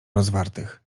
rozwartych